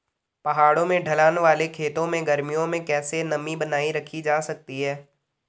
पहाड़ों में ढलान वाले खेतों में गर्मियों में कैसे नमी बनायी रखी जा सकती है?